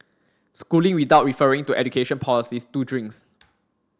schooling without referring to education policies is two drinks